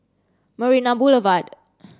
Marina Boulevard